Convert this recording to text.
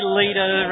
leader